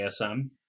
ASM